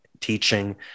teaching